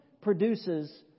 produces